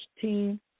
team